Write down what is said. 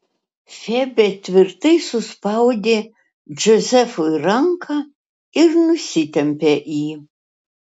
febė tvirtai suspaudė džozefui ranką ir nusitempė jį